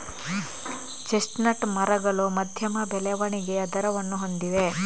chestnut ಮರಗಳು ಮಧ್ಯಮ ಬೆಳವಣಿಗೆಯ ದರವನ್ನು ಹೊಂದಿವೆ